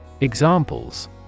Examples